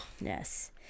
Yes